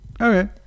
Okay